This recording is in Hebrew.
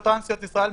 בטרנסיות ישראל,